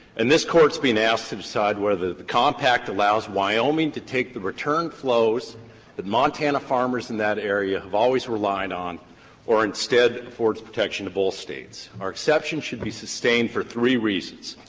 and this court is being asked to decide whether the compact allows wyoming to take the return flows that montana farmers in that area have always relied on or, instead, affords protection to both states. our exception should be sustained for three reasons.